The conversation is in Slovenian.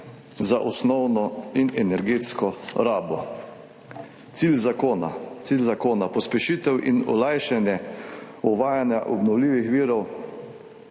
za osnovno in energetsko rabo. Cilj zakona je pospešitev in olajšanje uvajanja obnovljivih virov